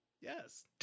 Yes